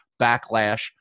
backlash